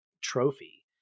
trophy